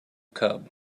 cub